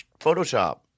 Photoshop